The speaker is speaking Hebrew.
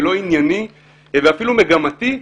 לא ענייני ואפילו מגמתי,